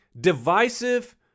divisive